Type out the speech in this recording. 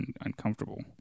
uncomfortable